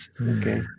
Okay